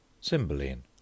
Cymbeline